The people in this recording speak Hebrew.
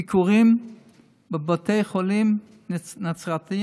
עשיתי ביקורים בבתי חולים נצרתיים,